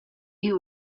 you